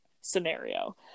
scenario